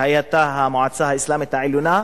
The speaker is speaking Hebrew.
שהיתה המועצה המוסלמית העליונה,